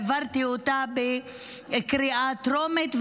העברתי אותה בקריאה טרומית,